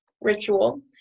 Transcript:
ritual